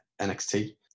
NXT